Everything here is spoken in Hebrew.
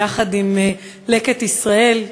יחד עם "לקט ישראל",